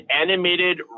animated